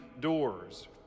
doors